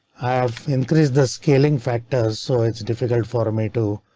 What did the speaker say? have increased the scaling factors so it's difficult for me to.